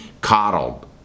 coddled